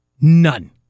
None